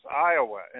Iowa